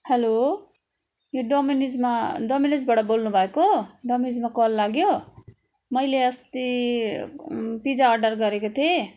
हलो यो डोमिनोसमा डोमिनोसबाट बोल्नु भएको डोमिनोजमा कल लाग्यो मैले अस्ति पिज्जा अर्डर गरेको थिएँ